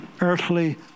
earthly